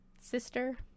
sister